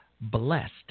blessed